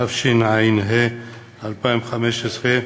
התשע"ה 2015,